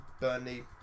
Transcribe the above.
Burnley